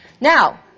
Now